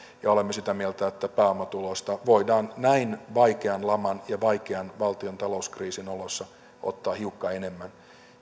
ja olemme sitä mieltä että pääomatuloista voidaan näin vaikean laman ja valtion vaikean talouskriisin oloissa ottaa hiukka enemmän